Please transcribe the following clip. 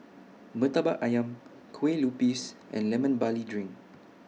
Murtabak Ayam Kue Lupis and Lemon Barley Drink